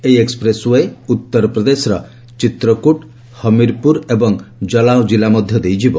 ଏହି expressway ଉତ୍ତରପ୍ରଦେଶର ଚିତ୍ରକୂଟ ହମୀରପୁର ଏବଂ ଜଳାଓଁ କିଲ୍ଲା ମଧ୍ୟ ଦେଇ ଯିବ